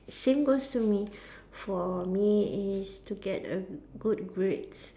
same goes to me for me is to get a good grades